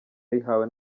yayihawe